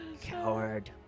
coward